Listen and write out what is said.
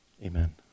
Amen